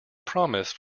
promise